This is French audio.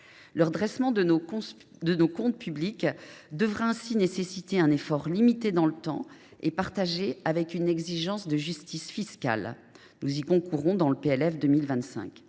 Le redressement de nos comptes publics devra ainsi nécessiter un effort limité dans le temps et partagé, avec une exigence de justice fiscale. Nous y concourrons, je le disais,